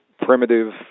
primitive